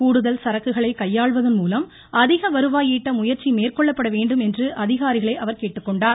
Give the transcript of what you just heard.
கூடுதல் சரக்குகளை கையாள்வதன்மூலம் அதிக வருவாய் ஈட்ட முயற்சி மேற்கொள்ளப்பட வேண்டும் என்று அதிகாரிகளைக் கேட்டுக்கொண்டார்